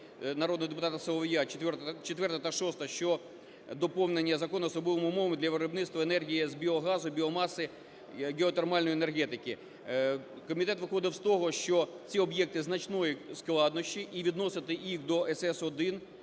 народного депутата Солов'я, 4-а та 6-а, що доповнення закону особовими умовам для виробництва енергії з біогазу, біомаси, геотермальної енергетики. Комітет виходив з того, що ці об'єкти значної складнощі і відносити їх до СС1